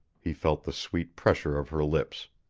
he felt the sweet pressure of her lips.